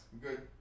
good